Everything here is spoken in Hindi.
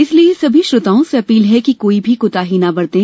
इसलिए सभी श्रोताओं से अपील है कि कोई भी कोताही न बरतें